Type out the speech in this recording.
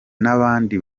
n’abandi